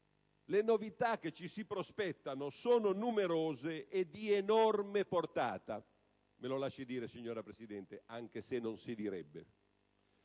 Le novità che ci si prospettano sono numerose e di enorme portata - me lo lasci dire, signora Presidente - anche se non si direbbe.